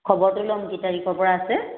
খবৰটো ল'ম কেই তাৰিখৰ পৰা আছে